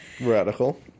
Radical